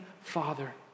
Father